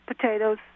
potatoes